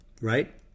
right